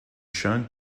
shown